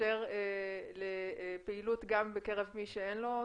יאפשר פעילות גם בקרב מי שאין לו סמארטפון?